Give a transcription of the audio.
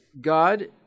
God